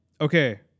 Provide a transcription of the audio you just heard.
Okay